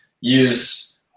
use